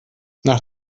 nach